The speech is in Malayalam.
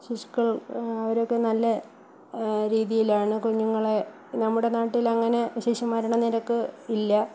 ശിശുക്കൾ അവരൊക്കെ നല്ല രീതിയിലാണ് കുഞ്ഞുങ്ങളെ നമ്മുടെ നാട്ടിൽ അങ്ങനെ ശിശു മരണ നിരക്ക് ഇല്ല